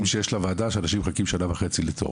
של הוועדה שאנשים מחכים שנה וחצי לתור.